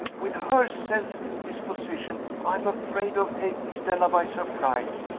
with her sensitive disposition, i am afraid of taking stella by surprise.